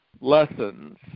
lessons